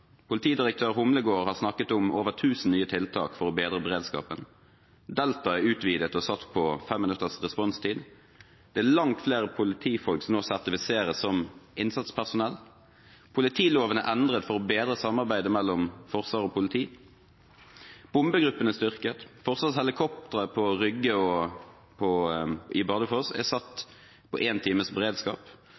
Politidirektør Humlegård har snakket om over 1 000 nye tiltak for å bedre beredskapen. Delta er utvidet og satt på fem minutters responstid. Det er langt flere politifolk som nå sertifiseres som innsatspersonell. Politiloven er endret for å bedre samarbeidet mellom Forsvaret og politiet. Bombegruppen er styrket. Forsvarshelikopteret på Rygge og i Bardufoss er satt på én times beredskap.